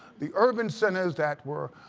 the urban centers that were